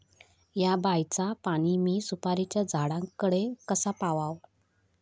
हया बायचा पाणी मी सुपारीच्या झाडान कडे कसा पावाव?